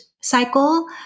cycle